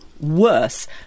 worse